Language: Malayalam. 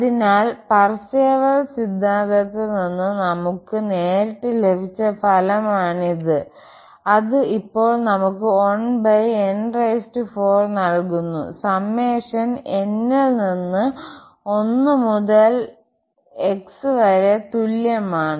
അതിനാൽ പർസേവൽസ് സിദ്ധാന്തത്തിൽ നിന്ന് നമുക്ക് നേരിട്ട് ലഭിച്ച ഫലമാണിത് അത് ഇപ്പോൾ നമുക്ക് 1n4 നൽകുന്നു സമ്മേഷൻ n ൽ നിന്ന് 1 മുതൽ വരെ തുല്യമാണ്